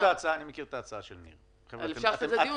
אני מכיר את ההצעה של ניר, וקרן,